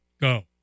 Go